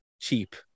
cheap